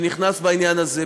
שנכנס לעניין הזה.